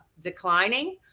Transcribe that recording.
declining